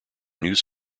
news